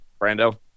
Brando